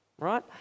Right